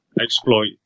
exploit